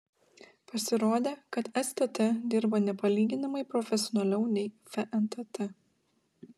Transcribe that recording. pasirodė kad stt dirba nepalyginamai profesionaliau nei fntt